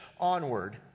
onward